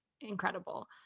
incredible